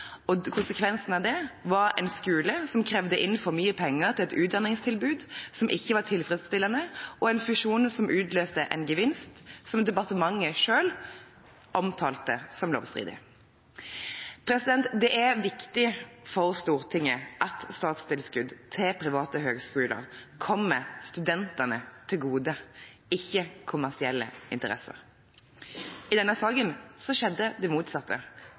og konsekvensen av det var en skole som krevde inn for mye penger til et utdanningstilbud som ikke var tilfredsstillende, og en fusjon som utløste en gevinst som departementet selv omtalte som lovstridig. Det er viktig for Stortinget at statstilskudd til private høgskoler kommer studentene til gode, ikke kommersielle interesser. I denne saken skjedde det motsatte,